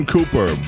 Cooper